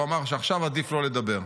הוא אמר שעכשיו עדיף לא לדבר.